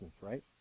right